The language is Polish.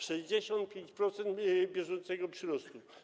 65% bieżącego przyrostu.